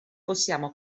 possiamo